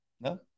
no